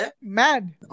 Mad